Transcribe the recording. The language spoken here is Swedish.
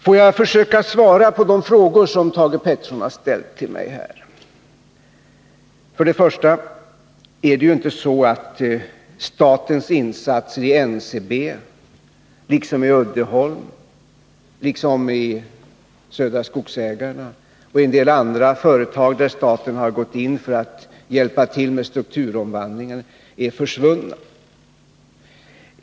Får jag försöka svara på de frågor Thage Peterson ställt till mig. Till att börja med är det ju inte så att statens insatser i NCB — och detsamma gäller f. ö. insatserna i Uddeholm, Södra Skogsägarna och en del andra företag där staten gått in för att hj Ipa till med strukturomvandlingen — är försvunna.